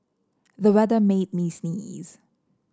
the weather made me sneeze